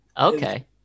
Okay